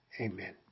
amen